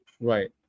Right